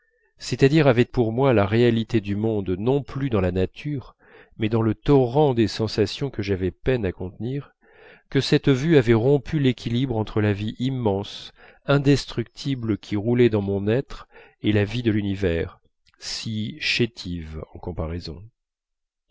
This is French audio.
c'est-à-dire avait pour moi la réalité du monde non plus dans la nature mais dans le torrent des sensations que j'avais peine à contenir que cette vue avait rompu l'équilibre entre la vie immense indestructible qui roulait dans mon être et la vie de l'univers si chétive en comparaison